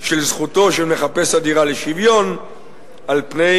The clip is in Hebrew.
של זכותו של מחפש הדירה לשוויון על פני